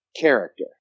character